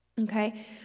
Okay